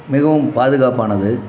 மிகவும் பாதுகாப்பானது